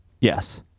Yes